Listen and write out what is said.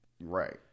Right